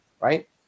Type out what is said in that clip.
right